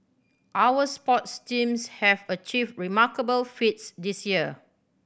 our sports teams have achieved remarkable feats this year